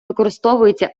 використовується